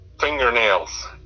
fingernails